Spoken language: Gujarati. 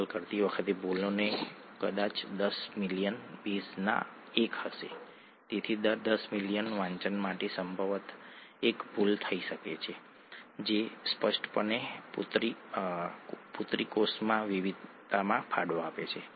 તમારી પાસે એક ન્યુક્લિઓટાઇડ છે જે ડીએનએ અથવા આરએનએ હોઈ શકે છે તમારી પાસે પેન્ટોઝ સુગર છે